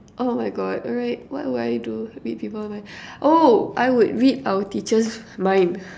oh my God alright what will I do read people mind oh I will read our teacher's mind